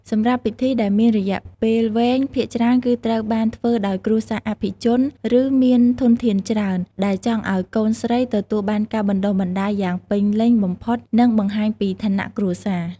សម្រាប់ពិធីដែលមានរយៈពេលវែងភាគច្រើនគឺត្រូវបានធ្វើដោយគ្រួសារអភិជន ឬ មានធនធានច្រើន ដែលចង់ឱ្យកូនស្រីទទួលបានការបណ្តុះបណ្តាលយ៉ាងពេញលេញបំផុត និងបង្ហាញពីឋានៈគ្រួសារ។